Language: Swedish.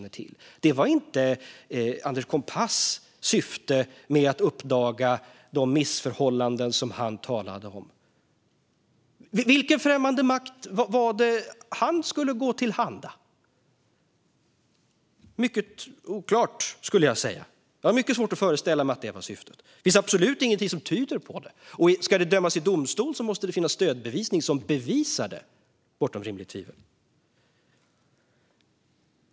Detta var inte Anders Kompass syfte med att uppdaga de missförhållanden som han talade om. Vilken främmande makt var det han skulle gå till handa? Mycket oklart, skulle jag säga. Jag har mycket svårt att förställa mig att det var syftet. Det finns absolut ingenting som tyder på det, och ska det dömas i domstol måste det finnas stödbevisning som bevisar det bortom rimligt tvivel.